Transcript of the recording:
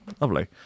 Lovely